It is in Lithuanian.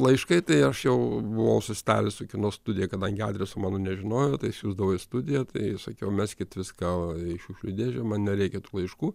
laiškai tai aš jau buvau susitaręs su kino studija kadangi adreso mano nežinojo tai siųsdavo į studiją tai sakiau meskit viską į šiukšlių dėžę man nereikia tų laiškų